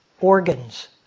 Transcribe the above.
organ's